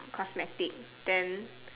cosmetic then